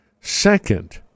Second